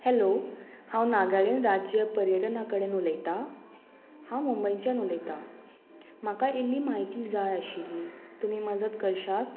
hello हांव नागालँड राज्य पर्यटना कडेन उलयतां हांव मुंबयच्यान उलयतां म्हाका इल्ली म्हायती जाय आशिल्ली तुमी मजत करशात